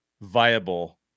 viable